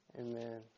Amen